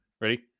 Ready